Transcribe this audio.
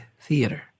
theater